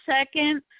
second